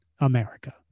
America